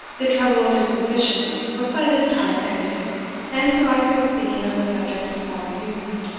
the treble disquisition was by this time ended and sir arthur was speaking on the subject of foreign news,